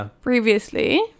previously